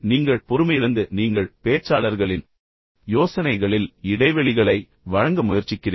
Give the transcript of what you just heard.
நீங்கள் பொறுமையிழந்து நீங்கள் வெற்றிடங்களை நிரப்புவது போல் பேச்சாளர்களின் யோசனைகளில் இடைவெளிகளை வழங்க முயற்சிக்கிறீர்கள்